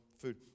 food